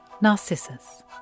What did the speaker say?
Narcissus